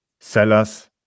sellers